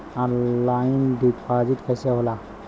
Online deposit कैसे होला?